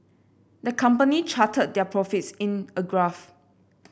the company charted their profits in a graph